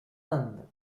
inde